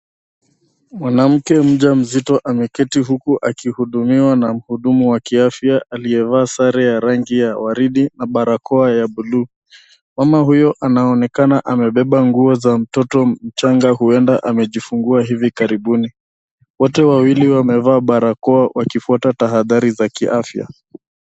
Mwanamke mjamzito ameketi huku akihudumiwa na mhudumu wa kiafya aliyevaa sare za rangi ya waridi na barakoa ya blue .Mama huyo anaonekana amebeba nguo za mtoto mchanga huenda amejifunguwa hivi karibuni ,wote wawili wamevaa barakoa wakifuata tahadhari za kiafya.